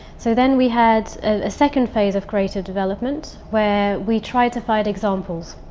so then we had a second phase of creative development, where we tried to find examples.